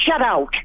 shutout